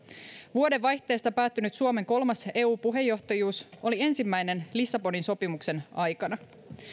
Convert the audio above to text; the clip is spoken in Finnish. vuodenvaihteessa päättynyt suomen kolmas eu puheenjohtajuus oli ensimmäinen lissabonin sopimuksen aikana